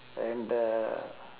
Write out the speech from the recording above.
and the